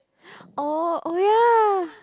oh oh ya